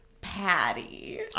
Patty